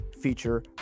feature